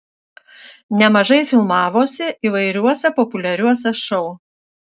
nemažai filmavosi įvairiuose populiariuose šou